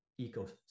ecosystem